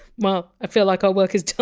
well, i feel like our work is done.